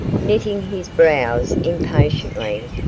knitting his brows impatiently,